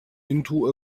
into